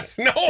No